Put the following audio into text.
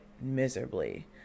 miserably